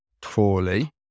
poorly